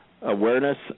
awareness